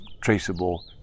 traceable